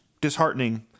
disheartening